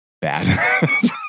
bad